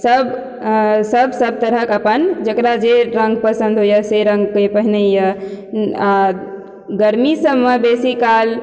सब सब सब तरहक अपन जकरा जे रंग पसन्द होइया से रंगके पहिनैया आ गर्मी सबमे बेसी काल